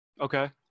Okay